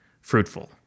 fruitful